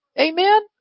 Amen